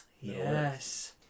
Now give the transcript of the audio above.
Yes